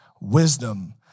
wisdom